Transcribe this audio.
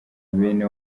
bene